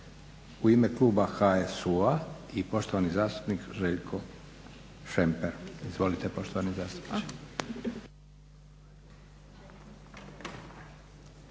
U ime kluba HSU-a poštovani zastupnik Željko Šemper. Izvolite poštovani zastupniče.